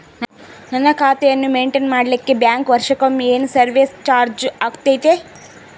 ನನ್ನ ಖಾತೆಯನ್ನು ಮೆಂಟೇನ್ ಮಾಡಿಲಿಕ್ಕೆ ಬ್ಯಾಂಕ್ ವರ್ಷಕೊಮ್ಮೆ ಏನು ಸರ್ವೇಸ್ ಚಾರ್ಜು ಹಾಕತೈತಿ?